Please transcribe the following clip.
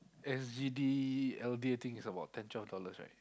S_G_D L_D I think is about ten twelve dollars right